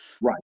right